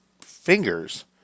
fingers